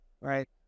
right